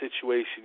situation